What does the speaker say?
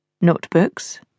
notebooks